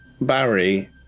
Barry